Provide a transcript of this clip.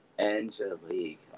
Angelique